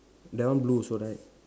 that one blue also right